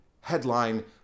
headline